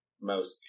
mostly